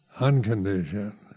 unconditioned